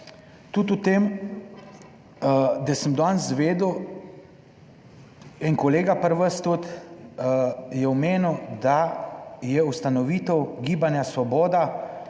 tudi v tem, da sem danes izvedel, en kolega pri vas tudi je omenil, da je ustanovitev Gibanja Svoboda